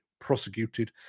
prosecuted